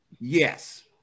yes